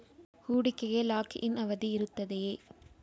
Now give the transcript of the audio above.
ಹೂಡಿಕೆಗೆ lock in ಅವಧಿ ಇರುತ್ತದೆಯೇ?